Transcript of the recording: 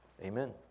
Amen